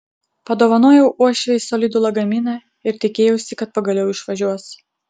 padovanojau uošvei solidų lagaminą ir tikėjausi kad pagaliau išvažiuos